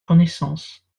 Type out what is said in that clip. connaissance